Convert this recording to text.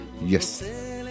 Yes